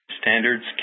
standards